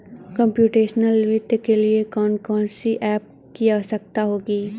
Computational वित्त के लिए कौन कौन सी एप की आवश्यकता होगी?